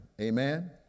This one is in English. Amen